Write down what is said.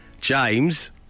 James